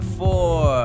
four